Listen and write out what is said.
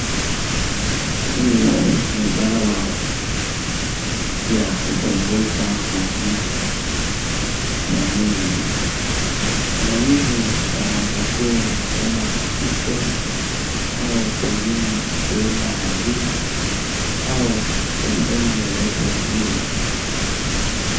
Hii ni dawa ya kupunguza maumivu ya mwili. Maumivu yanaweza kuwa kuumwa na kichwa au pengine kuumwa na jino au sehemu yoyote ya mwili.